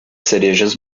cerejas